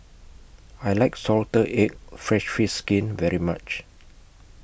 I like Salted Egg Fried Fish Skin very much